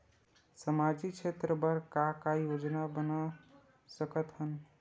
सामाजिक क्षेत्र बर का का योजना बना सकत हन?